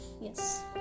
yes